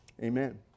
amen